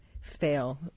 fail